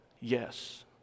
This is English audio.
yes